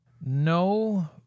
No